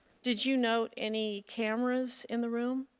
did you note any cameras in the room?